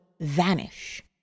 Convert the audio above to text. vanish